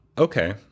Okay